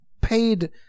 paid